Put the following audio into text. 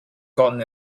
gotten